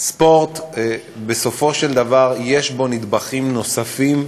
ספורט, בסופו של דבר, יש בו נדבכים נוספים,